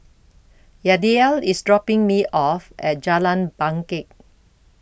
Yadiel IS dropping Me off At Jalan Bangket